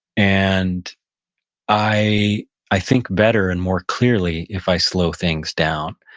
and i i think better and more clearly if i slow things down,